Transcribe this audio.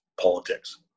politics